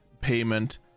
payment